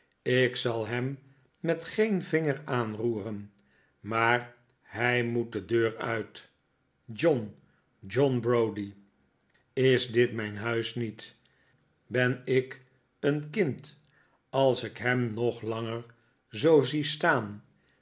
ik zal hem met geen vinger aanroeren maar hij moet de deur uit john john browdie is dit mijn huis niet ben ik een kind als ik hem nog langer zoo zie staan